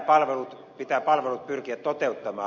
palvelut pitää pyrkiä toteuttamaan